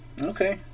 Okay